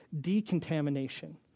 decontamination